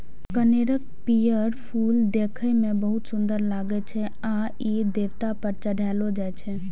कनेरक पीयर फूल देखै मे बहुत सुंदर लागै छै आ ई देवता पर चढ़ायलो जाइ छै